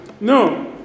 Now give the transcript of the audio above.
No